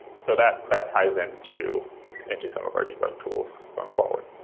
so that that ties in to in to some of our debug tools going forward.